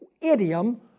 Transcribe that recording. idiom